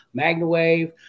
MagnaWave